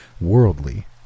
worldly